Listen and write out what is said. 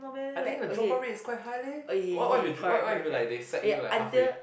I think the dropout rate is quite high leh what what if you dr~ what what if you like they sack you like halfway